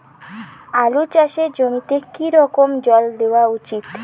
আলু চাষের জমিতে কি রকম জল দেওয়া উচিৎ?